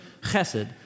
chesed